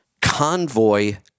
Convoy